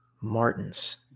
Martin's